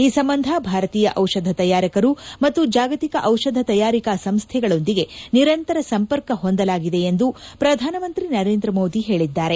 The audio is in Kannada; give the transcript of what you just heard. ಈ ಸಂಬಂಧ ಭಾರತೀಯ ಔಷಧ ತಯಾರಕರು ಮತ್ತು ಜಾಗತಿಕ ಚಿಷಧ ತಯಾರಿಕಾ ಸಂಸ್ಥೆಗಳೊಂದಿಗೆ ನಿರಂತರ ಸಂಪರ್ಕ ಹೊಂದಲಾಗಿದೆ ಎಂದು ಪ್ರಧಾನಮಂತ್ರಿ ನರೇಂದ್ರ ಮೋದಿ ಹೇಳಿದ್ದಾರೆ